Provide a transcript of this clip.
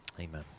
Amen